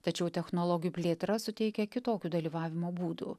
tačiau technologijų plėtra suteikia kitokių dalyvavimo būdų